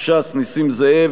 ש"ס: נסים זאב.